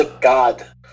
god